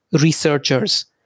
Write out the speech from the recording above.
researchers